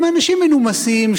הם אנשים מנומסים,